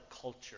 culture